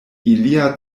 ilia